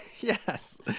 Yes